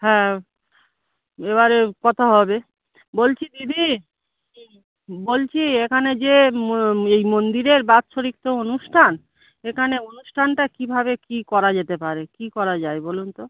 হ্যাঁ এবারে কথা হবে বলছি দিদি বলছি এখানে যে মো এই মন্দিরের বাৎসরিক তো অনুষ্ঠান এখানে অনুষ্ঠানটা কীভাবে কী করা যেতে পারে কী করা যায় বলুন তো